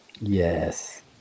Yes